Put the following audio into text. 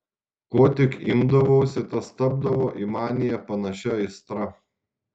ko tik imdavausi tas tapdavo į maniją panašia aistra